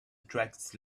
attracts